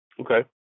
Okay